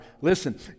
listen